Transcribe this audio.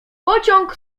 pociąg